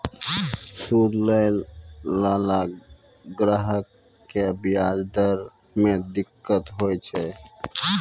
सूद लैय लाला ग्राहक क व्याज दर म दिक्कत होय छै